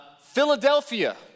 Philadelphia